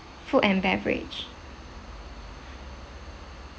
food and beverage